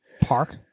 park